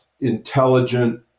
intelligent